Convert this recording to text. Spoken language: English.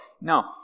no